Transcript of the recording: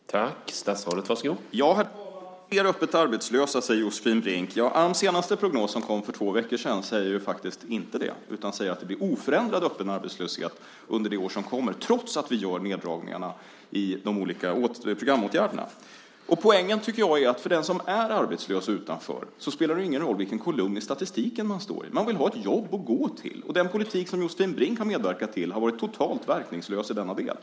Herr talman! Det blir flera öppet arbetslösa, säger Josefin Brink. Ams senaste prognos som kom för två veckor sedan säger inte det. Den säger att det blir oförändrad öppen arbetslöshet under det år som kommer trots att vi gör neddragningar i programåtgärderna. Poängen är att för den som är arbetslös och utanför spelar det ju ingen roll vilken kolumn i statistiken man står i. Man vill ha ett jobb att gå till. Den politik som Josefin Brink har medverkat till har varit totalt verkningslös i den delen.